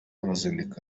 uruzinduko